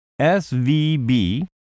SVB